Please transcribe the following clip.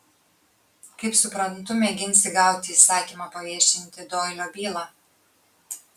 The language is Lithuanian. kaip suprantu mėginsi gauti įsakymą paviešinti doilio bylą